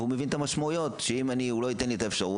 והוא מבין את המשמעויות שאם הוא לא ייתן לי את האפשרות,